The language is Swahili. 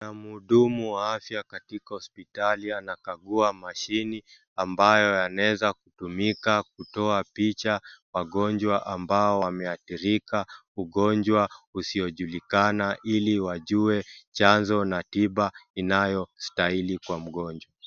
Kuna muhudumu wa afya katika hospitali anakagua mashini ambayo yanaweza kutumika kutoa picha wagonjwa ambao wameathirika ugonjwa usiojulikana, ili wajue chanzo na tiba inayostahili kwa mgonjwa.